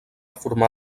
formar